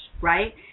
right